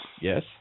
Yes